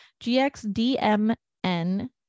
GXDMN